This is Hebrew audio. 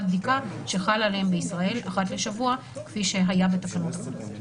הבדיקה שחלה עליהם בישראל אחת לשבוע כפי שהיה בתקנות הקודמות.